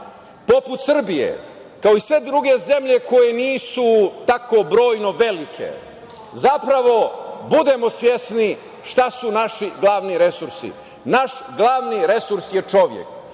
poput Srbije, kao i sve druge zemlje koje nisu tako brojno velike, zapravo budemo svesni šta su naši glavni resursi. Naš glavni resurs je čovek. Mi